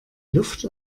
luft